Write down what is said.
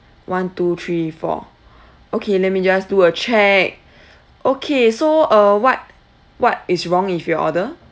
one two three four okay let me just do a check okay so uh what what is wrong with you order